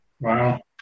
Wow